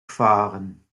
fahren